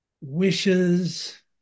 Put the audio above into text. wishes